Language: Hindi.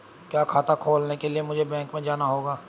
क्या खाता खोलने के लिए मुझे बैंक में जाना होगा?